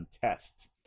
tests